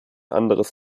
anderes